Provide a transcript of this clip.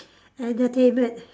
entertainment